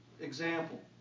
example